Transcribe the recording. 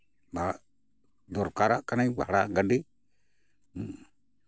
ᱵᱷᱟᱲᱟ ᱫᱚᱨᱠᱟᱨᱟᱜ ᱠᱟᱱᱟᱧ ᱵᱷᱟᱲᱟ ᱜᱟᱹᱰᱤ ᱦᱮᱸ